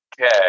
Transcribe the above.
Okay